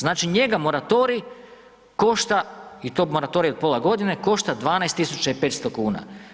Znači njega moratorij košta i to moratorij od pola godine košta 12.500 kuna.